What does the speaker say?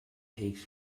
takes